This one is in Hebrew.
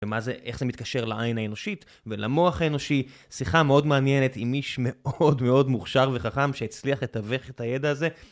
ומה זה, איך זה מתקשר לעין האנושית ולמוח האנושי. שיחה מאוד מעניינת עם איש מאוד מאוד מוכשר וחכם שהצליח לתווך את הידע הזה.